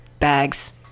bags